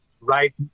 right